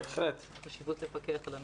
שיש חשיבות לפקח על הנושא.